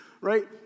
right